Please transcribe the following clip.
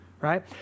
right